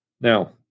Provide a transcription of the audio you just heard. Now